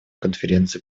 конференции